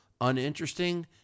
uninteresting